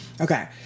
Okay